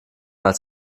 als